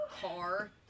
car